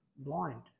blind